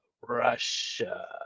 Russia